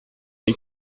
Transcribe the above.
les